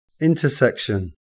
Intersection